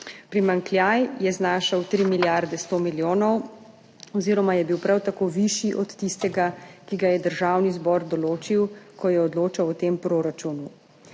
Primanjkljaj je znašal 3 milijarde 100 milijonov oziroma je bil prav tako višji od tistega, ki ga je Državni zbor določil, ko je odločal o tem proračunu.